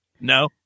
No